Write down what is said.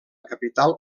capital